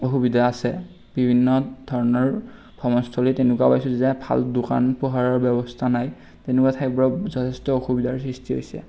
অসুবিধা আছে বিভিন্ন ধৰণৰ ভ্ৰমণস্থলীত এনেকুৱা পাইছোঁ যে ভাল দোকান পোহাৰৰ ব্যৱস্থা নাই তেনেকুৱা ঠাইবোৰত যথেষ্ট অসুবিধাৰ সৃষ্টি হৈছে